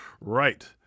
Right